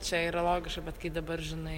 čia yra logiška bet kai dabar žinai